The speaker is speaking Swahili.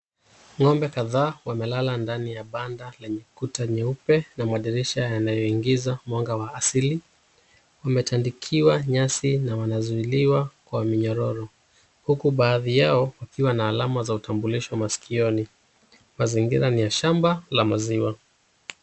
Ng'ombe kadhaa wamelala ndani ya banda lenye kuta nyeupe na madirisha yanayoingiza mwanga wa asili. Wametandikiwa nyasi na wanazuiliwa kwa minyororo, huku baadhi yao wakiwa na alama za utambulisho maskioni. Mazingira ni ya shamba la maziwa.